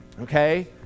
Okay